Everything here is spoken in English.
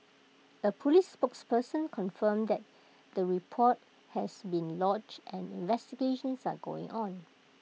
A Police spokesperson confirmed that the report has been lodged and investigations are ongoing on